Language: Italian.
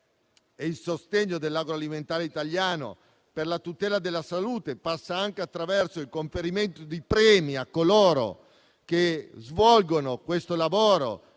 il sostegno dell'agroalimentare italiano per la tutela della salute passi anche attraverso il conferimento di premi a coloro che svolgono questo lavoro